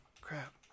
crap